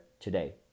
today